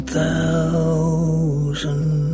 thousand